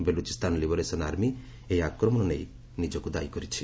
Baluchistan Liberation Army ଏହି ଆକ୍ରମଣ ନେଇ ନିଜକୁ ଦାୟୀ କରିଛି